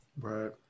Right